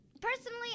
Personally